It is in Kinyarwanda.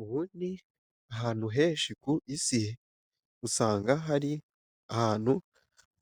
Ubundi ahantu henshi ku isi usanga hari ahantu